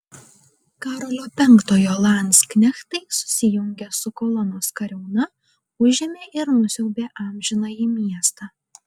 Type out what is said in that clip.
karolio penktojo landsknechtai susijungę su kolonos kariauna užėmė ir nusiaubė amžinąjį miestą